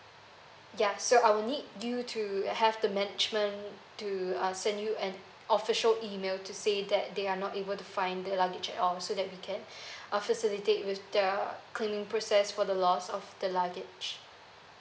ya so I will need you to have the management to uh send you an official email to say that they are not able to find the luggage at all so that we can uh facilitate with the claiming process for the loss of the luggage